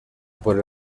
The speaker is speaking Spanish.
por